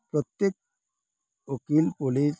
ପ୍ରତ୍ୟେକ ଓକିିଲ୍ ପୋଲିସ୍